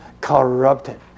corrupted